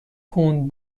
کند